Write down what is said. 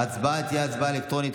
ההצבעה תהיה אלקטרונית.